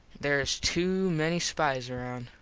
there is to many spize around.